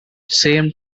same